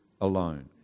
alone